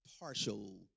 partial